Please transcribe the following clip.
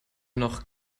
noch